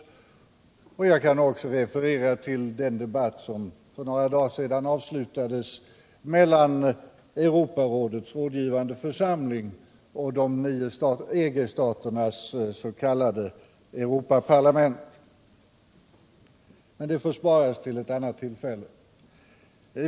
Jag kan också referera till den för några dagar sedan avslutade debatten i Strasbourg mellan Europarådets rådgivande församling och de nio EG-staternas s.k. Europaparlament. Men det får sparas till ett annat tillfälle.